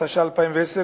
התש"ע 2010,